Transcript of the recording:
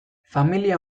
familia